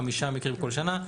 חמישה מקרים כל שנה.